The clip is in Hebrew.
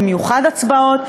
במיוחד הצבעות.